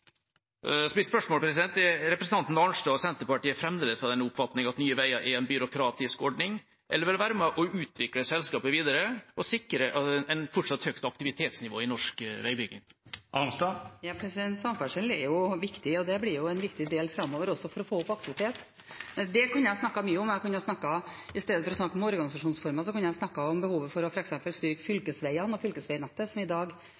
Mitt spørsmål er: Er representanten Arnstad og Senterpartiet fremdeles er av den oppfatning at Nye Veier er en byråkratisk ordning, eller vil en være med og utvikle selskapet videre og sikre et fortsatt høyt aktivitetsnivå i norsk veibygging? Samferdsel er viktig, og det blir en viktig del framover også for å få opp aktiviteten. Det kunne jeg ha snakket mye om. I stedet for å snakke om organisasjonsformer kunne jeg ha snakket om behovet for f.eks. å styrke fylkesveiene og fylkesveinettet som i dag